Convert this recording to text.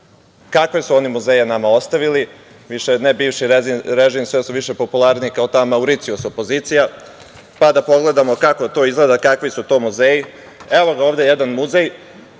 kakve su oni nama muzeje ostavili, ne bivši režim, sve su više popularni kao ta Mauricijus opozicija, pa da pogledamo kako to izgleda i kakvi su to muzeji. Evo ga ovde jedan muzej,